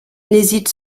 n’hésite